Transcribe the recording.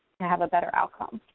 and have a better outcome.